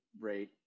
rate